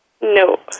No